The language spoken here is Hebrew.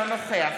אינו נוכח